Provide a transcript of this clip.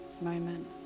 moment